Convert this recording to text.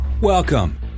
Welcome